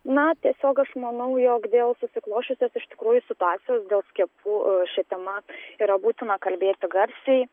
na tiesiog aš manau jog dėl susiklosčiusios iš tikrųjų situacijos dėl skiepų šia tema yra būtina kalbėti garsiai